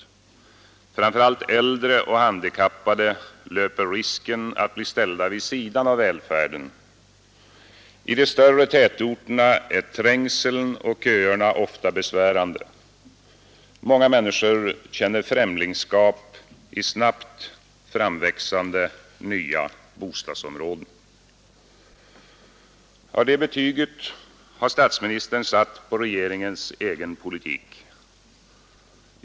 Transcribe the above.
Framför allt äldre och handikappade löper risken att bli ställda vid sidan av välfärden. I de större tätorterna är trängseln och köerna ofta besvärande. Många människor känner främlingskap i snabbt framväxande nya bostadsområden.” Det betyget har statsministern satt på regeringens egen politik.